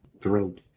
thrilled